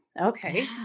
Okay